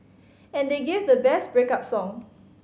and they gave the best break up song